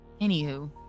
Anywho